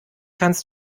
kannst